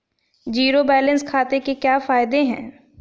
Zero balance खाते के क्या फायदे हैं?